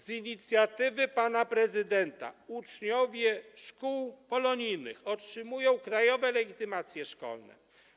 Z inicjatywy pana prezydenta uczniowie szkół polonijnych otrzymują krajowe legitymacje szkolne.